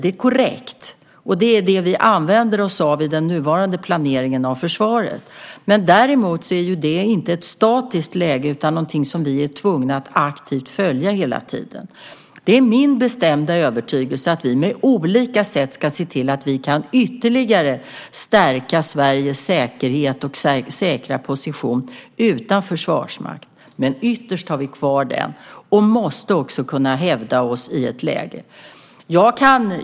Det är korrekt, och det är det vi använder oss av i den nuvarande planeringen av försvaret. Men det är inte ett statiskt läge utan någonting som vi är tvungna att aktivt följa hela tiden. Det är min bestämda övertygelse att vi på olika sätt ska se till att vi ytterligare kan stärka Sveriges säkerhet och säkra position utan försvarsmakt, men ytterst har vi kvar den och måste också kunna hävda oss i ett läge.